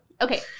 okay